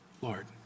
Lord